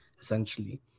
essentially